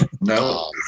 no